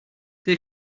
they